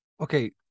Okay